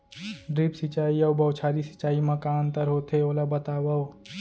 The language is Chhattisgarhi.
ड्रिप सिंचाई अऊ बौछारी सिंचाई मा का अंतर होथे, ओला बतावव?